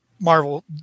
Marvel